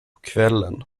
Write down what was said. kvällen